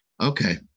okay